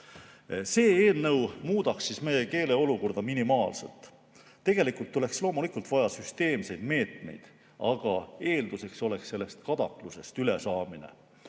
See eelnõu muudaks meie keeleolukorda minimaalselt. Tegelikult oleks loomulikult vaja süsteemseid meetmeid, aga eelduseks oleks kadaklusest ülesaamine.